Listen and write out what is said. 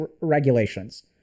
regulations